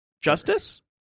justice